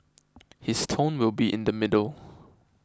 his tone will be in the middle